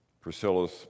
Priscilla's